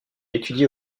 étudie